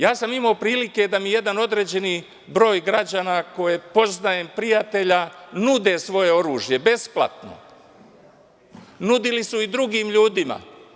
Ja sam imao prilike da mi jedan određeni broj građana koje poznajem, prijatelja, nude svoj oružje besplatno, nudili su i drugim ljudima.